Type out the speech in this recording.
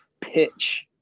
pitch